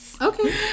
Okay